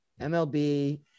MLB